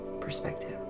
perspective